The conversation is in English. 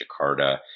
Jakarta